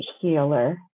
healer